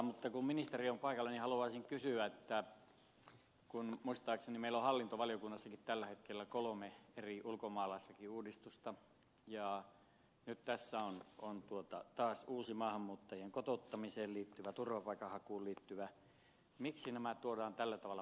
mutta kun ministeri on paikalla niin haluaisin kysyä että kun muistaakseni meillä on hallintovaliokunnassakin tällä hetkellä kolme eri ulkomaalaislakiuudistusta ja nyt tässä on taas uusi maahanmuuttajien kotouttamiseen liittyvä turvapaikanhakuun liittyvä miksi nämä tuodaan tällä tavalla palasissa tänne